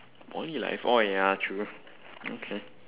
only life oh ya true okay